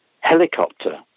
helicopter